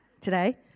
today